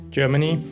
Germany